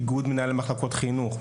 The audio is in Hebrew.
איגוד מנהלי מחלקות חינוך,